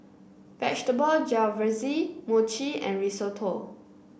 Vegetable Jalfrezi Mochi and Risotto